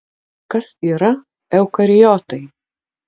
kas yra eukariotai